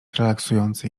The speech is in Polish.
relaksujący